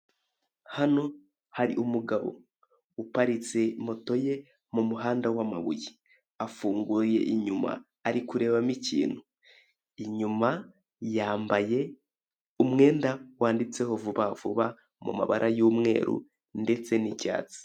Hano hari umugabo uparitse moto ye mu muhanda w'amabuye, afunguye inyuma ari kurebamo ikintu, inyuma yambaye umwenda wanditseho Vuba vuba mu mabara y'umweru ndetse n'icyatsi.